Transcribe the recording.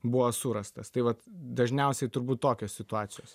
buvo surastas tai vat dažniausiai turbūt tokios situacijos